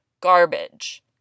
garbage